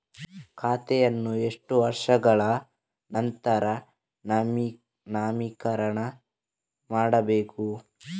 ಖಾತೆಯನ್ನು ಎಷ್ಟು ವರ್ಷಗಳ ನಂತರ ನವೀಕರಣ ಮಾಡಬೇಕು?